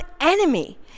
enemy